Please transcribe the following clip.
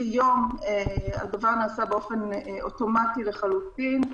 הדבר נעשה באופן אוטומטי לחלוטין.